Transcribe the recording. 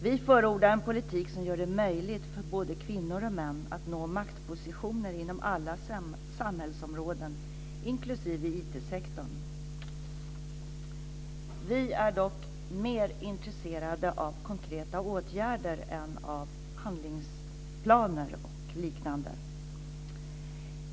Vi förordar en politik som gör det möjligt för både kvinnor och män att nå maktpositioner inom alla samhällsområden, inklusive IT-sektorn. Vi är dock mer intresserade av konkreta åtgärder än av handlingsplaner och liknande.